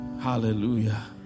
Hallelujah